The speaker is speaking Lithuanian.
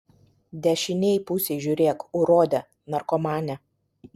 dešinėj pusėj žiūrėk urode narkomane